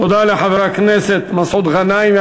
תודה לחבר הכנסת מסעוד גנאים.